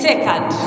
second